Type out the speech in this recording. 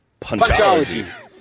Punchology